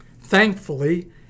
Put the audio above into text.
Thankfully